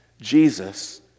Jesus